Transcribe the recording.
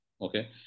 Okay